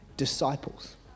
disciples